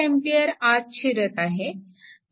5A आत शिरत आहे